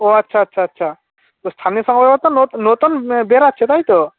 ও আচ্ছা আচ্ছা আচ্ছা তো স্থানীয় সংবাদপত্র নো নতুন বেরাচ্ছে তাই তো